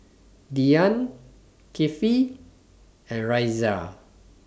Dian Kifli and Raisya